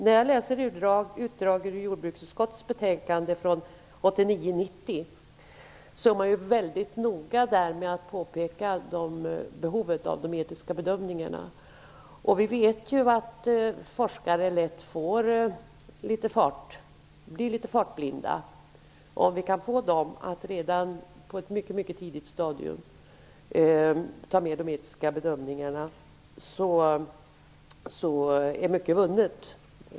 När jag läser utdrag ur jordbruksutskottets betänkande från 1989/90 ser jag att man var mycket noga med att påpeka behovet av de etiska bedömningarna. Vi vet att forskare lätt blir litet fartblinda. Om vi kan få dem att redan på ett mycket tidigt stadium, genom litet eftertanke, ta med de etiska bedömningarna är mycket vunnet.